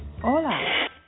Hola